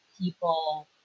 people